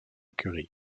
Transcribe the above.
curie